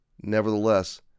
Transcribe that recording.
Nevertheless